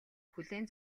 хүлээн